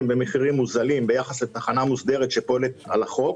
במחירים מוזלים ביחס לתחנה מוסדרת שפועלת לפי החוק,